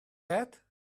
that